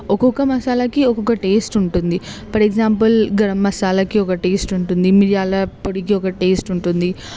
ఒక్కొక్క మసాలా కి ఒక్కొక్క టేస్ట్ ఉంటుంది ఫర్ ఎగ్జాంపుల్ గరం మసాలాకి ఒక టేస్ట్ ఉంటుంది మిర్యాల పొడికి ఒక టేస్ట్ ఉంటుంది